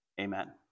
Amen